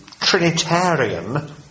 Trinitarian